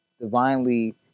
divinely